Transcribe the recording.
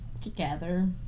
Together